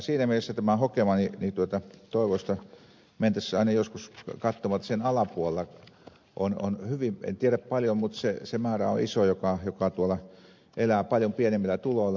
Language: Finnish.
siinä mielessä tähän hokemaan että toivoisi että mentäisiin aina joskus katsomaan että sen alapuolella on en tiedä paljonko mutta se määrä on iso joka tuolla elää paljon pienemmillä tuloilla